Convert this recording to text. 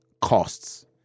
costs